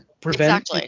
prevent